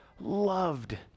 loved